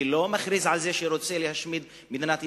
ולא מכריז על זה שהוא רוצה להשמיד את מדינת ישראל,